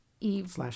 Eve